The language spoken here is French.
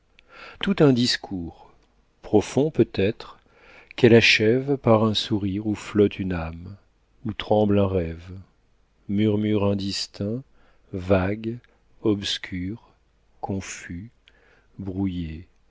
tout un discours profond peut-être qu'elle achève par un sourire où flotte une âme où tremble un rêve murmure indistinct vague obscur confus brouillé